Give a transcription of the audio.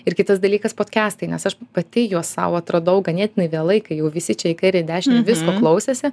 ir kitas dalykas podkestai nes aš pati juos sau atradau ganėtinai vėlai kai jau visi čia į kairę į dešinę visko klausėsi